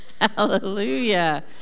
Hallelujah